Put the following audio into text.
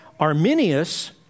Arminius